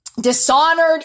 dishonored